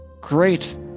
great